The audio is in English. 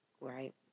right